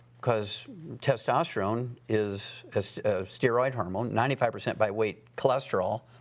because testosterone is a steroid hormone, ninety five percent by weight cholesterol.